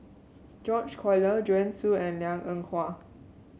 George Collyer Joanne Soo and Liang Eng Hwa